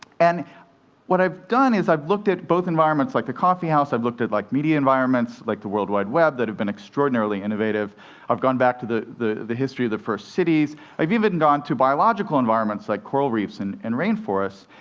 and what i've done is, i've looked at both environments like the coffeehouse, i've looked at like media environments like the world wide web, that have been extraordinarily innovative i've gone back to the the history of the first cities i've even gone to biological environments, like coral reefs and and rain forests,